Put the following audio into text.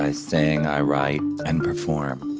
i sing, i write and perform.